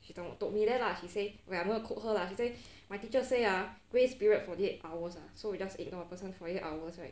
she told told me that lah she say when I gonna quote her lah she say my teacher say ah grace period forty eight hours ah so we just ignore the person forty eight hours right